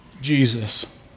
Jesus